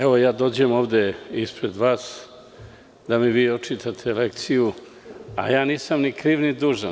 Evo, ja dođem ovde ispred vas da mi vi očitate lekciju, a nisam ni kriv ni dužan.